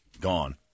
gone